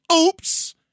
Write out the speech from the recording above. oops